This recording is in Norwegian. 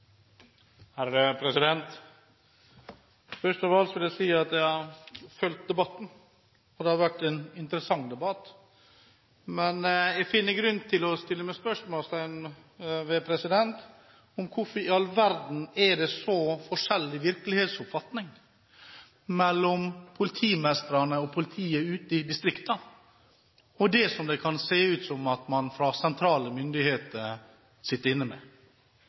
Først vil jeg si at jeg har fulgt debatten, og at det har vært en interessant debatt. Men jeg finner grunn til å sette spørsmålstegn ved om hvorfor i all verden det er så forskjellig virkelighetsoppfatning mellom politimesterne og politiet ute i distriktene og det som det kan se ut som at man fra sentrale myndigheter sitter inne med.